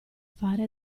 fare